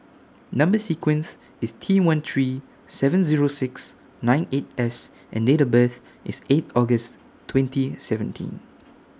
Number sequence IS T one three seven Zero six nine eight S and Date of birth IS eight August twenty seventeen